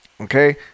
Okay